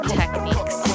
techniques